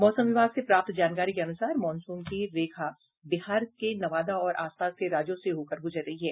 मौसम विभाग से प्राप्त जानकारी के अनुसार मॉनसून की रेखा बिहार के नवादा और आसपास के राज्यों से होकर गुजर रही है